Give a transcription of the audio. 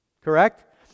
Correct